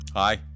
Hi